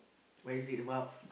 what is it about